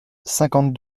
cinquante